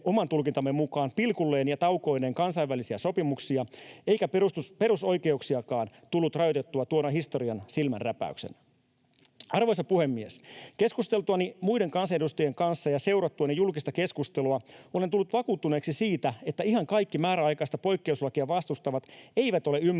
oman tulkintamme mukaan pilkulleen ja taukoineen kansainvälisiä sopimuksia eikä perusoikeuksiakaan tullut rajoitettua tuona historian silmänräpäyksenä? Arvoisa puhemies! Keskusteltuani muiden kansanedustajien kanssa ja seurattuani julkista keskustelua olen tullut vakuuttuneeksi siitä, että ihan kaikki määräaikaista poikkeuslakia vastustavat eivät ole ymmärtäneet,